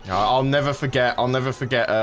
i'll never forget i'll never forget